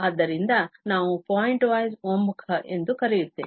ಆದ್ದರಿಂದ ನಾವು ಪಾಯಿಂಟ್ವೈಸ್ ಒಮ್ಮುಖ ಎಂದು ಕರೆಯುತ್ತೇವೆ